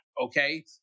okay